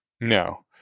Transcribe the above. No